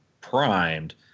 primed